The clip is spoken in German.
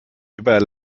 über